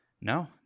No